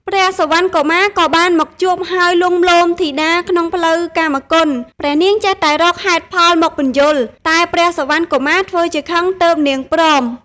ព្រះសុវណ្ណកុមារក៏បានមកជួប ហើយលួងលោមធីតាក្នុងផ្លូវកាមគុណ ព្រះនាងចេះតែរកហេតុផលមកពន្យល់ តែព្រះសុវណ្ណកុមារធ្វើជាខឹងទើបនាងព្រម។